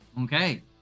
Okay